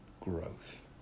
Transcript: growth